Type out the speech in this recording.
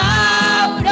out